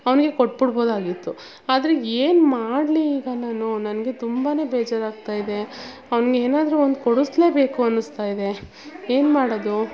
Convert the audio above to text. ಅವನಿಗೆ ಕೊಟ್ಟುಬಿಡ್ಬೋದಾಗಿತ್ತು ಆದರೆ ಏನು ಮಾಡಲಿ ಈಗ ನಾನು ನನಗೆ ತುಂಬ ಬೇಜಾರಾಗ್ತಾ ಇದೆ ಅವನಿಗೇನಾದ್ರೂ ಒಂದು ಕೊಡಿಸ್ಲೇಬೇಕು ಅನಿಸ್ತಾ ಇದೆ ಏನು ಮಾಡೋದು